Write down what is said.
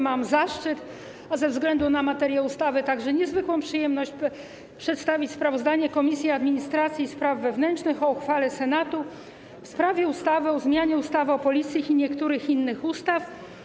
Mam zaszczyt, a ze względu na materię ustawy - także niezwykłą przyjemność, przedstawić sprawozdanie Komisji Administracji i Spraw Wewnętrznych o uchwale Senatu w sprawie ustawy o zmianie ustawy o Policji oraz niektórych innych ustaw.